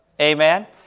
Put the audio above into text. Amen